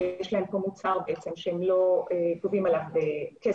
כי יש להם מוצר שהם לא גובים עליו כסף